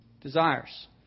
desires